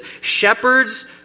shepherds